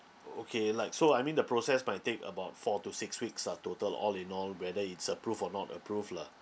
okay like so I mean the process might take about four to six weeks ah total all in all whether it's approved or not approved lah